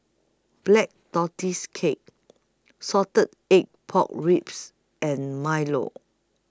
Black Tortoise Cake Salted Egg Pork Ribs and Milo